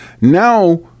now